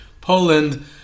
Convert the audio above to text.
Poland